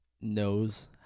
knows